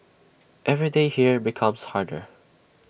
every day here becomes harder